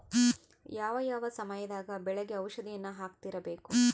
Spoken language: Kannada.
ಯಾವ ಯಾವ ಸಮಯದಾಗ ಬೆಳೆಗೆ ಔಷಧಿಯನ್ನು ಹಾಕ್ತಿರಬೇಕು?